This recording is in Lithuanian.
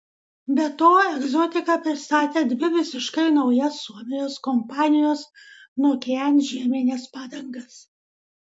be to egzotika pristatė dvi visiškai naujas suomijos kompanijos nokian žiemines padangas